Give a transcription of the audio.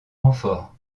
renfort